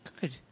Good